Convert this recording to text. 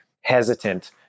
hesitant